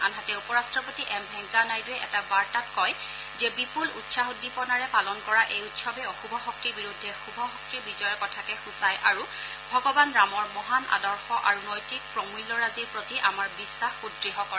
আনহাতে উপৰট্টপতি এম ভেংকায়া নাইডুয়ে এটা বাৰ্তাত কয় যে বিপুল উৎসাহ উদ্দীপনাৰে পালন কৰা এই উৎসৱে অশুভ শক্তিৰ বিৰুদ্ধে শুভ শক্তিৰ বিজয়ৰ কথাকে সূচায় আৰু ভগৱান ৰামৰ মহান আদৰ্শ আৰু নৈতিক প্ৰমূল্যৰাজিৰ প্ৰতি আমাৰ বিশ্বাস সুদৃঢ় কৰে